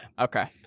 Okay